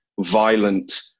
violent